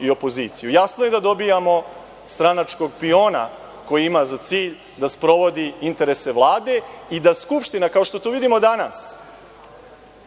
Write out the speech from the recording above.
Jasno je da dobijamo stranačkog piona koji ima za cilj da sprovodi interese Vlade i da Skupština, kao što to vidimo danas,